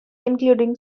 including